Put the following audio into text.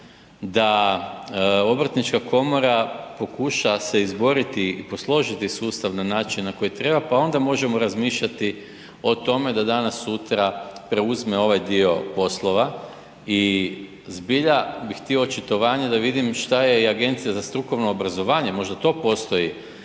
da obrtnička komora pokuša se izboriti i posložiti sustav na način na koji treba pa onda možemo razmišljati o tome da danas, sutra preuzme ovaj dio poslova i zbilja bih htio očitovanje da visim šta je i Agencija za strukovno obrazovanje, možda to postoji,